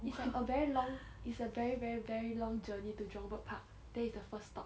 it's like a very long it's a very very very long journey to jurong bird park there is the first stop